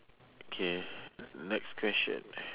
K next question